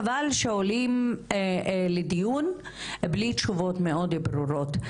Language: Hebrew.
חבל שעולים לדיון בלי תשובות מאוד ברורות,